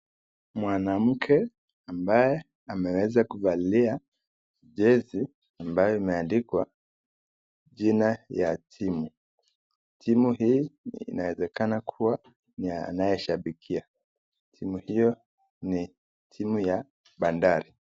Mwanamke ambaye ameweza kuvalia jezi ambayo imeandikwa jina ya timu. Timu hii inaezekana kuwa ni ya anayeshabikia timu hiyo ni timu ya bandari.